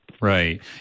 Right